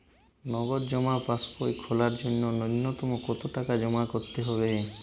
নগদ জমা পাসবই খোলার জন্য নূন্যতম কতো টাকা জমা করতে হবে?